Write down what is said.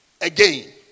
Again